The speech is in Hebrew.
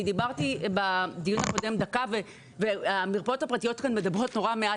אני דיברתי בדיון הקודם דקה והמרפאות הפרטיות מדברות נורא מעט.